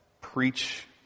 preach